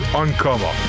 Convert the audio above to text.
uncover